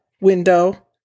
window